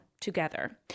together